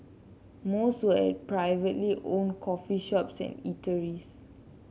most were at privately owned coffee shops and eateries